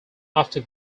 after